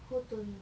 who told you